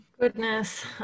Goodness